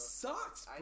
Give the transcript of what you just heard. sucks